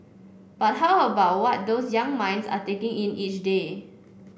but how about what those young minds are taking in each day